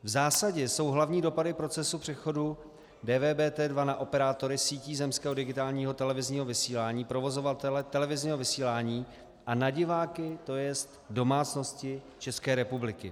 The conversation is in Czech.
V zásadě jsou hlavní dopady procesu přechodu DVBT2 na operátory sítí zemského digitálního televizního vysílání, provozovatele televizního vysílání a na diváky, tj. domácnost v České republiky.